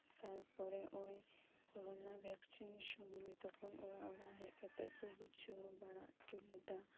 ᱛᱟᱨᱯᱚᱨᱮ corona vaccine ᱥᱚᱢᱚᱭ ᱛᱚᱠᱷᱚᱱ ᱚᱲᱟᱜ ᱚᱲᱟᱜ ᱦᱮᱡ ᱠᱟᱛᱮᱜ ᱵᱩᱡᱷᱟᱹᱣ ᱵᱟᱲᱟ ᱦᱚᱴᱚ ᱞᱮᱫᱟ